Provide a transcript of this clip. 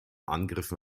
angriffen